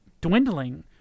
dwindling